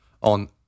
on